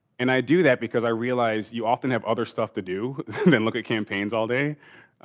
and i do that because i realize you often have other stuff to do then look at campaigns all day.